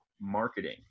marketing